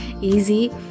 easy